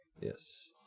Yes